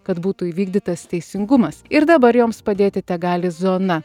kad būtų įvykdytas teisingumas ir dabar joms padėti tegali zona